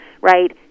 right